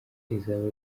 izaba